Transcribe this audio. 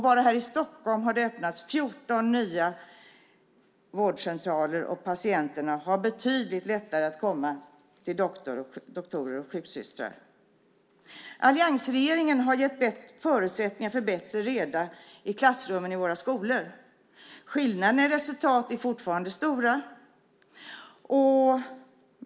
Bara här i Stockholm har 14 nya vårdcentraler öppnats. Patienterna har betydligt lättare att komma till doktorer och sjuksystrar. Alliansregeringen har gett förutsättningar för bättre reda i klassrummen i våra skolor. Skillnaden i resultat är fortfarande stora.